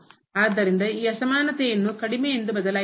ಆದ್ದರಿಂದ ಈ ಅಸಮಾನತೆಯನ್ನು ಕಡಿಮೆ ಎಂದು ಬದಲಾಯಿಸಬಹುದು